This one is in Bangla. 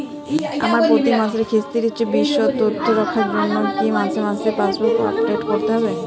আমার প্রতি মাসের কিস্তির বিশদ তথ্য রাখার জন্য কি মাসে মাসে পাসবুক আপডেট করতে হবে?